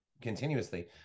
continuously